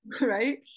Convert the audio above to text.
right